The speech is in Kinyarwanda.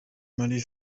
marie